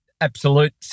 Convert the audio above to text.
absolute